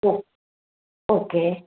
ಓ okay